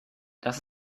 dass